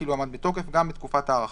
כאילו עמד בתוקף גם בתקופת ההארכה,